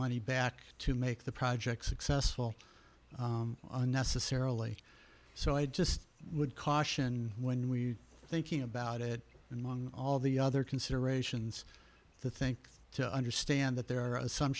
money back to make the project successful unnecessarily so i just would caution when we thinking about it and long all the other considerations to think to understand that there are